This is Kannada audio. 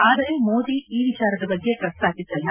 ಆದರೆ ಮೋದಿ ಈ ವಿಚಾರದ ಬಗ್ಗೆ ಪ್ರಸ್ತಾಪಿಸಲ್ಲ